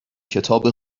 کتاب